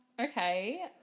Okay